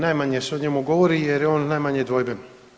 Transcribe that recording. Najmanje se o njemu govori jer je on najmanje dvojben.